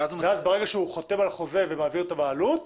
וברגע שהוא חותם על חוזה ומעביר את הבעלות,